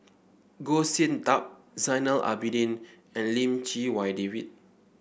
Goh Sin Tub Zainal Abidin and Lim Chee Wai David